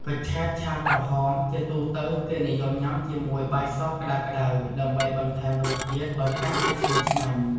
កញ្ឆែតឆាក្រហម ជាទូទៅគេនិយមញ៉ាំជាមួយ បាយស ក្តៅៗ ដើម្បីបន្ថែមរសជាតិឲ្យកាន់តែឈ្ងុយឆ្ងាញ់។